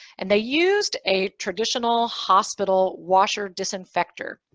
and they used a traditional hospital washer disinfector,